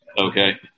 okay